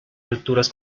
alturas